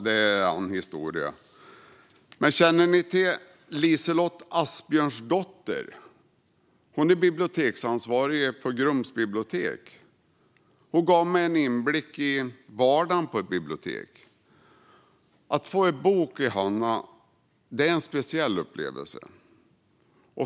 Det är en annan historia. Känner ni till Liselotte Asbjörnsdotter? Hon är biblioteksansvarig på Grums bibliotek. Hon gav mig en inblick i vardagen på ett bibliotek. Att få en bok i handen är en speciell upplevelse.